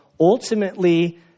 ultimately